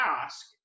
ask